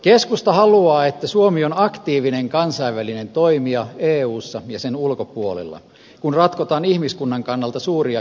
keskusta haluaa että suomi on aktiivinen kansainvälinen toimija eussa ja sen ulkopuolella kun ratkotaan ihmiskunnan kannalta suuria kysymyksiä